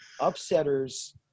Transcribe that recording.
upsetters